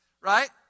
Right